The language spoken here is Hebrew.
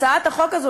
הצעת החוק הזאת,